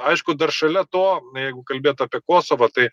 aišku dar šalia to jeigu kalbėt apie kosovą tai